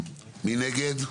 מי נגד?